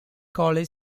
college